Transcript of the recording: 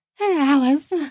Alice